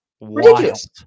Ridiculous